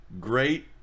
great